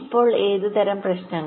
അപ്പോൾ ഏതുതരം പ്രശ്നങ്ങൾ